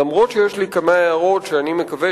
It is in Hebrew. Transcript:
למרות שיש לי כמה הערות שאני מקווה